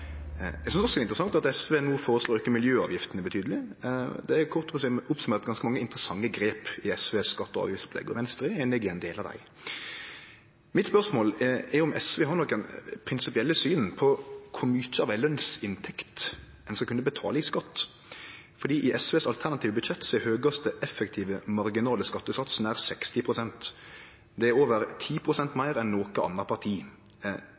Eg synest også det er interessant at SV no føreslår å auke miljøavgiftene betydeleg. Kort summert opp er det ganske mange interessante grep i SV sitt skatte- og avgiftsopplegg, og Venstre er einig i ein del av dei. Mitt spørsmål er om SV har nokon prinsipielle syn på kor mykje av ei lønsinntekt ein skal kunne betale i skatt. I SV sitt alternative budsjett er den høgaste effektive marginale skattesatsen nær 60 pst. Det er over 10 pst. meir enn noko anna parti